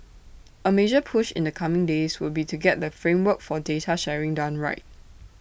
A major push in the coming days would be to get the framework for data sharing done right